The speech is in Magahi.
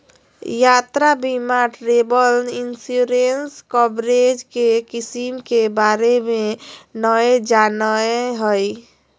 यात्रा बीमा ट्रैवल इंश्योरेंस कवरेज के किस्म के बारे में नय जानय हइ